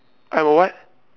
I will what